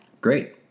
Great